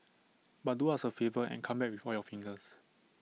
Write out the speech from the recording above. but do us A favour and come back with all your fingers